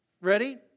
ready